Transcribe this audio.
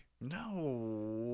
No